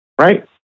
right